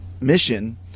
mission